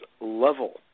level